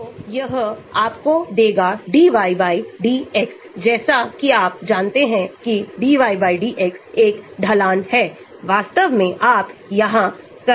तो मूल रूप से आप एक गणितीय संबंध को रैखिक प्रतिगमन या nonlinear प्रतिगमन विकसित कर रहे हैं